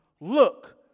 Look